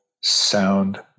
sound